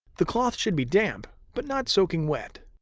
the cloth should be damp but not soaking wet.